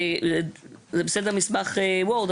זה בסדר מסמך word,